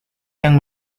yang